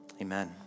amen